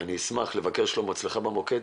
אני אשמח לבקר אצלך, שלמה, במוקד